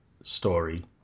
story